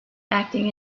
acting